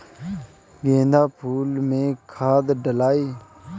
गेंदा फुल मे खाद डालाई?